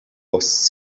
was